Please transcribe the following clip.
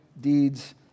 deeds